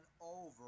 over